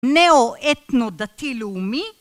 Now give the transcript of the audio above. נאו-אתנו-דתי לאומי